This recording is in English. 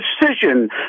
decision